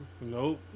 Nope